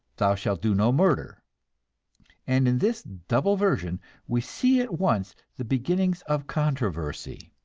thou shall do no murder and in this double version we see at once the beginnings of controversy.